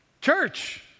Church